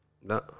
no